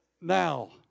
now